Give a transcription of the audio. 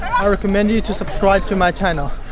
i recommend you to subscribe to my channel.